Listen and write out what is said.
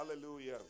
Hallelujah